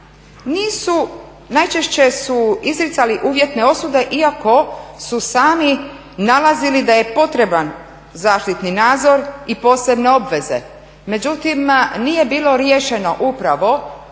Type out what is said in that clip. nisu najčešće su izricali uvjetne osude iako su sami nalazili da je potreban zaštitni nadzor i posebne obveze. Međutim nije bilo riješeno upravo